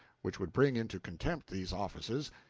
which would bring into contempt these offices,